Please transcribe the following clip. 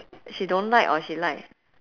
she don't like or she like